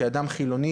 כאדם חילוני,